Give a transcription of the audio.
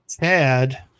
Tad